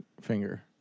finger